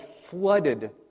flooded